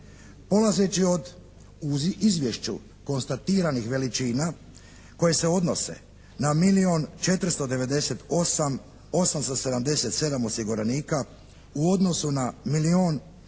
Polazeći od u izvješću konstatiranih veličina koje se odnose na milijun 498, 877 osiguranika u odnosu na